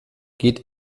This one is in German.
geht